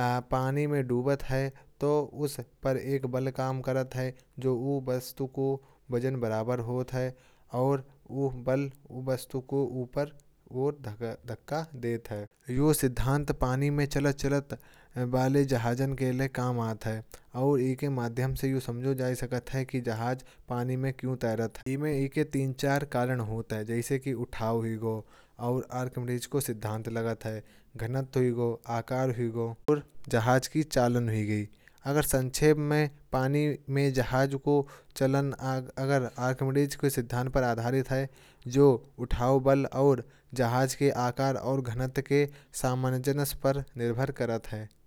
पानी में डूबती है। तो उस पर एक बल काम करता है जो वस्तु के वजन के बराबर होता है। और ये बल वस्तु को ऊपर की तरफ धक्का देता है। ये सिद्धांत पानी में चलने वाले जहाजों के लिए काम आता है। और इसके माध्यम से यह समझा जा सकता है कि जहाज पानी में क्यों तैरता है। इसके तीन चार मुख्य कारण होते हैं। जैसे कि उठाव बल बुयांसी, घनत्व डेंसिटी, और जहाज के आकार का समंवय। पानी में जहाज का चलना आर्किमिडीज के सिद्धांत पर आधारित है। जो उठाव बल और जहाज के आकार और घनत्व के समंवय पर निर्भर करता है।